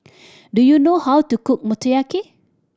do you know how to cook Motoyaki